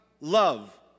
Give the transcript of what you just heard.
love